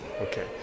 Okay